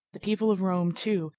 the people of rome, too,